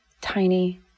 tiny